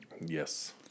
Yes